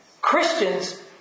Christians